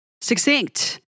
succinct